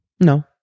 No